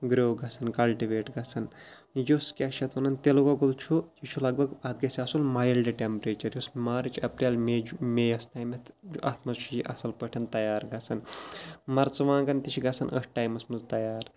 grow گژھان cultivate گژھان یُس کیٛاہ چھِ اَتھ وَنان تِلہٕ گۄگُل چھُ یہِ چھُ لَگ بگ اَتھ گژھِ آسُن مایلڈٕ ٹٮ۪مپریچَر یُس مارٕچ اٮ۪پریل مے چھُ مے یَس تامَتھ چھُ اَتھ منٛز چھُ یہِ اَصٕل پٲٹھۍ تیار گژھان مرژٕوانٛگَن تہِ چھِ گژھان أتھۍ ٹایمَس منٛز تیار